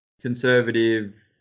conservative